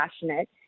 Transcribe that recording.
passionate